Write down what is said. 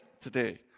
today